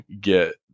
get